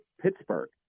Pittsburgh